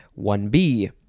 1b